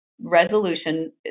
resolution